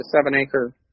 seven-acre